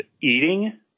eating